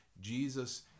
Jesus